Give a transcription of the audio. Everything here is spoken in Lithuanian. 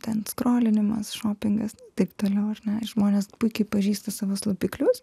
ten skrolinimas šopingas taip toliau ar ne žmonės puikiai pažįsta savo slopiklius